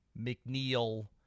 McNeil